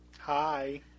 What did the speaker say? Hi